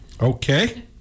Okay